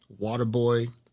Waterboy